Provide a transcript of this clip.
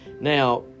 Now